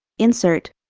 insert,